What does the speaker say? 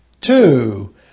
Two